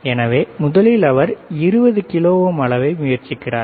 எனவே முதலில் அவர் 20 கிலோ ஓம் அளவை முயற்சிக்கிறார்